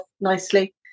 nicely